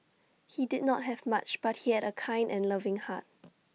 he did not have much but he had A kind and loving heart